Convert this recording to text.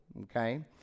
okay